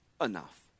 enough